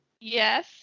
Yes